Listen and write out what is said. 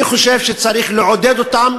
אני חושב שצריך לעודד אותם.